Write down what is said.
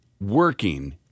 working